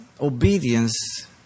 obedience